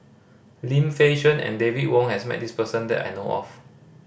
Lim Fei Shen and David Wong has met this person that I know of